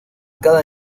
cada